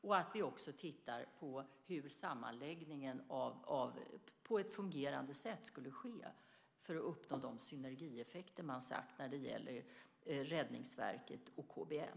Vi tittar också på hur sammanläggningen på ett fungerande sätt skulle ske för att uppnå de synergieffekter man har nämnt när det gäller Räddningsverket och KBM.